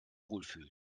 wohlfühlt